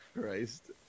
Christ